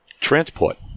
transport